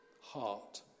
heart